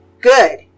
Good